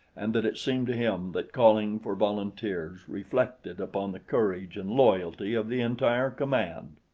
and that it seemed to him that calling for volunteers reflected upon the courage and loyalty of the entire command.